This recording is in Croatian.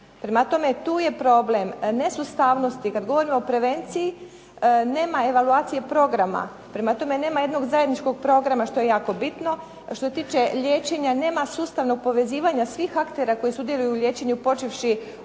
Prema tome, tu je problem nesustavnosti. Kad govorimo o prevenciji nema evaluacije programa. Prema tome, nema jednog zajedničkog programa što je jako bitno. Što se tiče liječenja nema sustavnog povezivanja svih aktera koji sudjeluju u liječenju počevši od